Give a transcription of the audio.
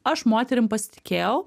aš moterim pasitikėjau